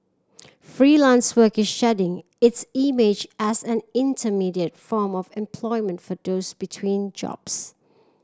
Freelance Work is shedding its image as an intermediate form of employment for those between jobs